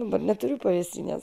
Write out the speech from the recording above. dabar neturiu pavėsinės